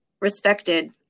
respected